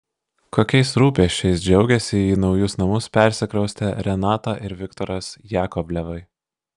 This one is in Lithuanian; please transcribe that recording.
kokiais rūpesčiais džiaugiasi į naujus namus persikraustę renata ir viktoras jakovlevai